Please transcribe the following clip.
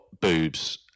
boobs